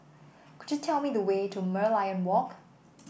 could you tell me the way to Merlion Walk